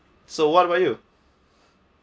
so what about you